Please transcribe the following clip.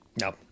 No